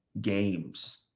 games